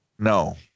No